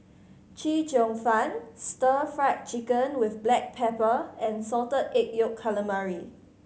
Chee Cheong Fun Stir Fried Chicken with black pepper and Salted Egg Yolk Calamari